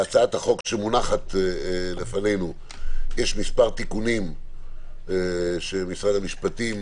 בהצעת החוק שמונחת לפנינו יש מספר תיקונים שמשרד המשפטים